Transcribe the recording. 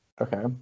Okay